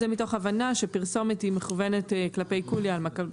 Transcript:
זה מתוך הבנה שפרסומת מכוונת כלפי כולי עלמא,